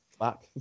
back